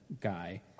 guy